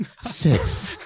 six